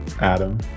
Adam